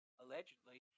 allegedly